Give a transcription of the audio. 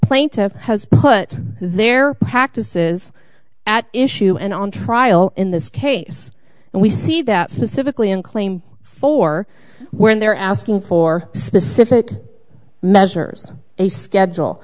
plaintiff has put their practices at issue and on trial in this case and we see that specifically in claim for when they're asking for specific measures a schedule